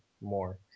more